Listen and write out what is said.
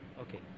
okay